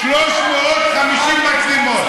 350 מצלמות.